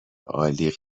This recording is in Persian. عالی